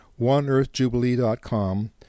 OneEarthJubilee.com